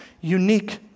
unique